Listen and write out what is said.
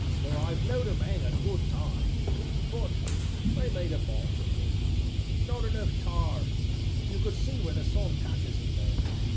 though i've know'd em hang a good time but they made a botch of nick not enough tar you can see where the sun catches him there!